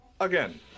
again